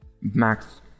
Max